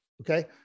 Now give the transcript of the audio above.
okay